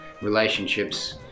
relationships